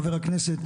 חבר הכנסת,